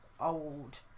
old